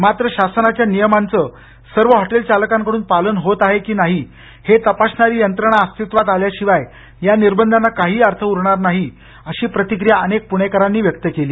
मात्र शासनाच्या नियमांचं सर्व हॉटेल चालकांकडून पालन होत आहे की नाही हे तपासणारी यंत्रणा अस्तित्वात आल्याशिवाय या निर्बंधांना काही अर्थ उरणार नाही अशी प्रतिक्रिया अनेक प्णेकरांनी व्यक्त केली